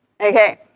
okay